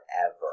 Forever